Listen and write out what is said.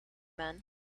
men